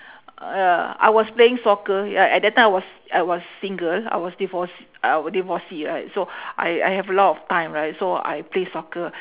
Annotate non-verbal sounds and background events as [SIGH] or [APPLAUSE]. [BREATH] uh I was playing soccer ya at that time I was I was single I was divorce uh was divorcee right so [BREATH] I I have a lot of time right so I played soccer